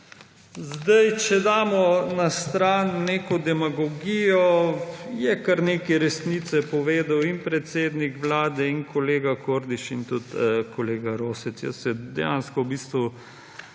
Če damo na stran neko demagogijo, je kar nekaj resnice povedal in predsednik Vlade in kolega Kordiš in tudi kolega Rosec. Jaz se dejansko v bistvu